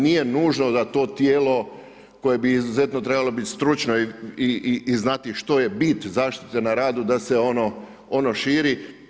Nije nužno da to tijelo koji bi izuzetno trebalo biti stručno i znati što je bit zaštite na radu da se ono širi.